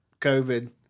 COVID